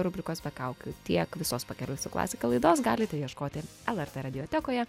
rubrikos be kaukių tiek visos pakeliui su klasika laidos galite ieškoti lrt mediatekoje